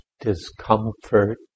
discomfort